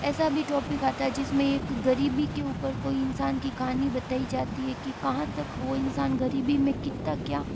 ऐसा भी टॉपिक आता है जिसमें एक गरीबी के ऊपर कोई इंसान की कहानी बताई जाती है कि कहाँ तक ओ इंसान गरीबी में कितना क्या